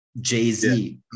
Jay-Z